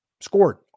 Scored